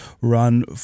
run